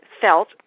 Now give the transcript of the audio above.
felt